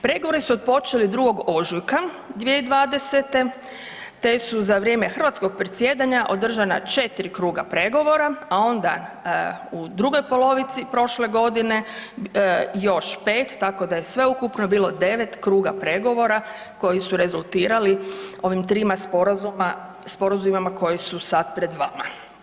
Pregovori su otpočeli 2. ožujka 2020. te su za vrijeme hrvatskog predsjedanja održana 4 kruga pregovora, a onda u drugoj polovici prošle godine još 5, tako da je sveukupno bilo 9 kruga pregovora koji su rezultirali ova trima sporazumima koji su sad pred vama.